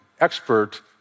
expert